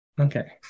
Okay